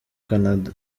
canada